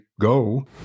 go